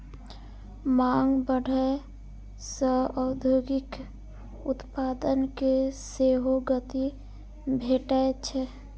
मांग बढ़ै सं औद्योगिक उत्पादन कें सेहो गति भेटै छै